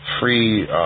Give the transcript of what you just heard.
free